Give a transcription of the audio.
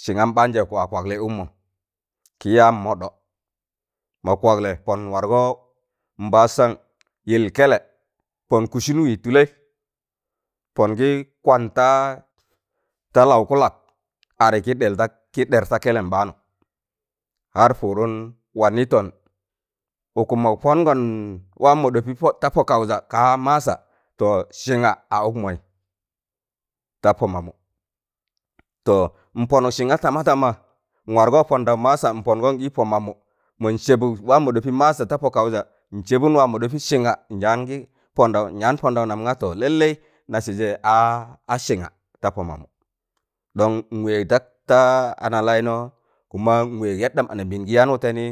sịngam ɓaanjẹ wa kwaglị ụkmọ kị yaan mọɗọ mọ kwaglẹ pọn wargọ mbasan yịl 'kẹlẹ pọn kụsụn wịị tụlẹị pọn gị kwan ta ta laụ kụlak adị kị ɗẹr da- kị ɗẹr ta kẹlẹm ɓaanụụ har pụụdụn wa nịtọn ụkụm mok pọngoṇ waam mọ ɗọpị po ta pọ kaụza kaa masa to sịnga a ụkmọị ta pọ mamụ to npọnụk sịnga tama tama nwargọ pọndọụ masa npọngọn ị pọ mamụ mọn sẹbụk waam mọ ɗọpị masa ta pọ kaụza n sẹbụn waam mọ ɗọbị sịnga nyaan gị pọndọw nyaan pọndọw nam ga to lalle na sị jẹ a sịnga ta pọ mamụ don n wẹẹg ta- ta ana laịnọ kuma n wẹẹg yaɗam anambẹẹna gị yaan wụtẹnị